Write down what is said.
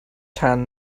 چند